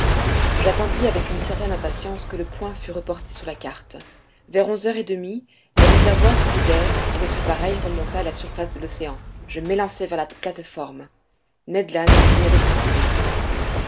j'attendis avec une certaine impatience que le point fut reporté sur la carte vers onze heures et demie les réservoirs se vidèrent et notre appareil remonta à la surface de l'océan je m'élançai vers la plate-forme ned land m'y avait précédé